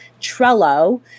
Trello